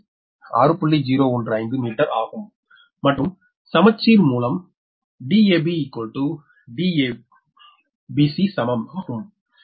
015 metre ஆகும் மற்றும் சமச்சீர் மூலம் Dab Dbc சமம் ஆகும்